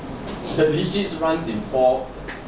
the digits come in fours